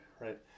right